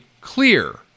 clear